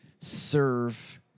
serve